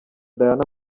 diana